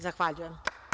Zahvaljujem.